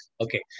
Okay